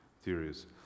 theories